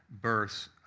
births